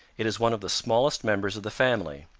it is one of the smallest members of the family.